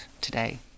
today